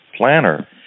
planner